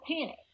panic